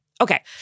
Okay